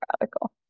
radical